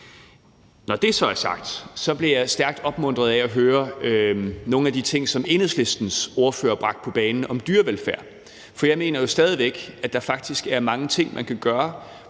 Når det så er sagt, blev jeg stærkt opmuntret af at høre nogle af de ting, som Enhedslistens ordfører bragte på bane om dyrevelfærd. For jeg mener jo stadig væk, at der faktisk er mange ting, man kan gøre